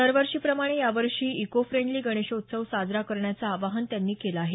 दरवर्षी प्रमाणे यावर्षीही इको फ्रेंडली गणेशोत्सव साजरा करण्याचं आवाहन त्यांनी केलं आहे